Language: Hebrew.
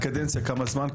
כמה זמן הקדנציה?